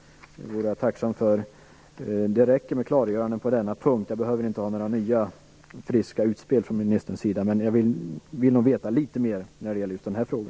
I så fall räcker det med klargöranden på denna punkt. Jag behöver inga nya friska utspel från ministerns sida, men just i den här frågan vill jag nog veta litet mera.